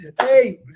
hey